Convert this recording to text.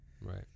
Right